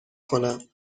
کنم